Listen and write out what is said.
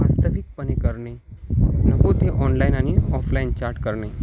वास्तविकपणे करणे नको ते ऑनलाईन आणि ऑफलाईन चाट करणे